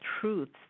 truths